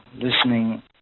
listening